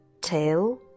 tail